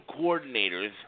coordinators